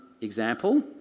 example